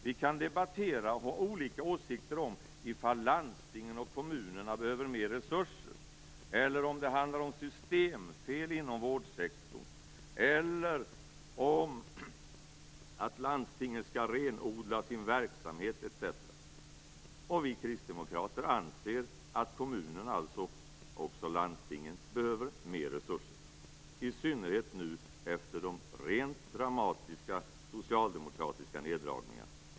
Vi kan debattera och ha olika åsikter om huruvida landstingen och kommunerna behöver mer resurser, om det handlar om systemfel inom vårdsektorn eller om att landstingen skall renodla sin verksamhet etc. Vi kristdemokrater anser att kommunerna, alltså också landstingen, behöver mer resurser, i synnerhet nu efter de rent dramatiska socialdemokratiska neddragningarna.